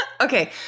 Okay